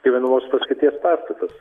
gyvenamos paskirties pastatas